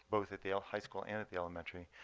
both at the ah high school and at the elementary.